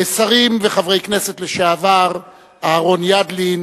שרים וחברי כנסת לשעבר, אהרן ידלין,